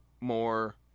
more